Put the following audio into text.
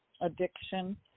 addiction